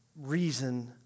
reason